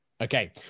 Okay